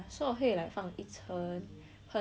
很厚很厚的 lah